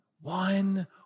one